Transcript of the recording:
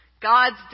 God's